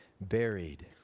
buried